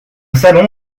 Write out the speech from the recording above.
salon